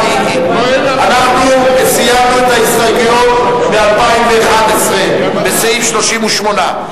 אנחנו סיימנו את ההסתייגויות של 2011 לסעיף 38,